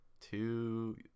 two